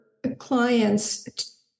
clients